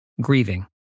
grieving